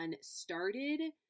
started